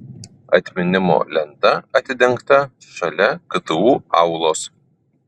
atminimo lenta atidengta šalia ktu aulos